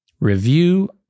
review